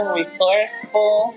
resourceful